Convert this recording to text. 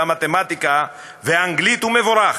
המתמטיקה והאנגלית הוא מבורך.